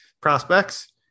prospects